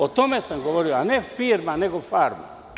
O tome sam govorio, a ne firma nego farma.